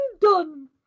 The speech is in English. done